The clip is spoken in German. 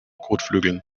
kotflügeln